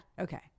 Okay